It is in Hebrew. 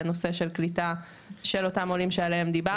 לנושא של קליטה של אותם עולים שעליהם דיברת.